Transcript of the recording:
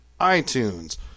iTunes